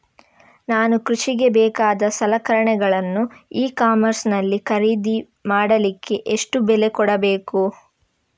ನಾನು ಕೃಷಿಗೆ ಬೇಕಾದ ಸಲಕರಣೆಗಳನ್ನು ಇ ಕಾಮರ್ಸ್ ನಲ್ಲಿ ಖರೀದಿ ಮಾಡಲಿಕ್ಕೆ ಎಷ್ಟು ಬೆಲೆ ಕೊಡಬೇಕು?